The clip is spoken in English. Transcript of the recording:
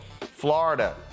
Florida